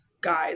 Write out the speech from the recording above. guys